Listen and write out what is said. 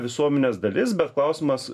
visuomenės dalis bet klausimas